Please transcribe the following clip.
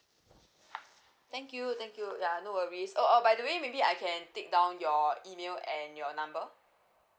thank you thank you yeah no worries oh oh by the way maybe I can take down your email and your number